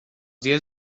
dies